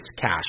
cash